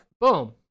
boom